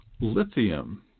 lithium